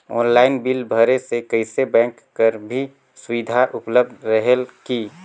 Online bill भरे से कइसे बैंक कर भी सुविधा उपलब्ध रेहेल की?